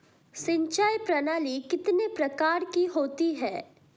सिंचाई प्रणाली कितने प्रकार की होती हैं?